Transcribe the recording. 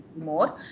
more